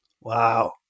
Wow